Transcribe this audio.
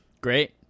Great